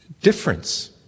difference